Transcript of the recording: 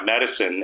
medicine